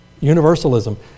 Universalism